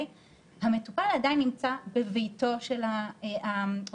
העובד הזר עדיין נמצא בביתו של המטופל